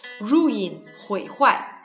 Ruin,毁坏